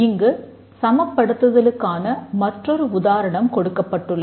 இங்கு சமப்படுத்துதலுகான மற்றொரு உதாரணம் கொடுக்கப்பட்டுள்ளது